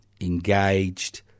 engaged